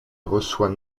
reçoit